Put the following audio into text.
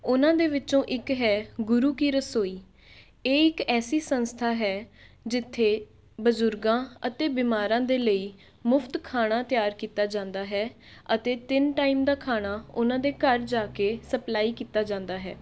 ਉਹਨਾਂ ਦੇ ਵਿੱਚੋਂ ਇੱਕ ਹੈ ਗੁਰੂ ਕੀ ਰਸੋਈ ਇਹ ਇੱਕ ਐਸੀ ਸੰਸਥਾ ਹੈ ਜਿੱਥੇ ਬਜ਼ੁਰਗਾਂ ਅਤੇ ਬਿਮਾਰਾਂ ਦੇ ਲਈ ਮੁਫਤ ਖਾਣਾ ਤਿਆਰ ਕੀਤਾ ਜਾਂਦਾ ਹੈ ਅਤੇ ਤਿੰਨ ਟਾਈਮ ਦਾ ਖਾਣਾ ਉਹਨਾਂ ਦੇ ਘਰ ਜਾ ਕੇ ਸਪਲਾਈ ਕੀਤਾ ਜਾਂਦਾ ਹੈ